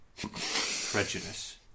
prejudice